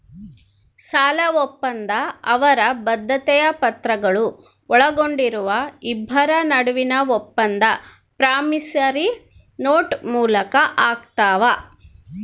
ಸಾಲಒಪ್ಪಂದ ಅವರ ಬದ್ಧತೆಯ ಪತ್ರಗಳು ಒಳಗೊಂಡಿರುವ ಇಬ್ಬರ ನಡುವೆ ಒಪ್ಪಂದ ಪ್ರಾಮಿಸರಿ ನೋಟ್ ಮೂಲಕ ಆಗ್ತಾವ